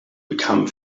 become